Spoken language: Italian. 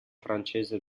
francese